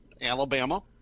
Alabama